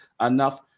enough